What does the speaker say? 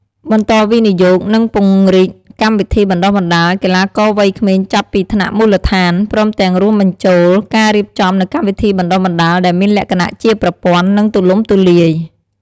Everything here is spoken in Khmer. បន្តវិនិយោគ និងពង្រីកកម្មវិធីបណ្តុះបណ្តាលកីឡាករវ័យក្មេងចាប់ពីថ្នាក់មូលដ្ឋាន ព្រមទាំងរួមបញ្ចូលការរៀបចំនូវកម្មវិធីបណ្តុះបណ្តាលដែលមានលក្ខណៈជាប្រព័ន្ធ និងទូលំទូលាយ។